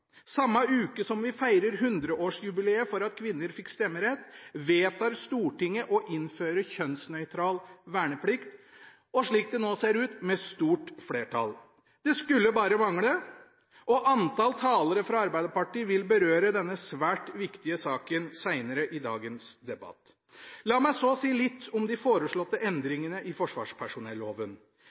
Samme uke som vi feirer 100-årsjubileet for at kvinner fikk stemmerett, vedtar Stortinget å innføre kjønnsnøytral verneplikt, og slik det ser ut: med stort flertall. Det skulle bare mangle. Andre talere fra Arbeiderpartiet vil berøre denne svært viktige saken senere i dagens debatt. La meg så si litt om de foreslåtte endringene i forsvarspersonelloven.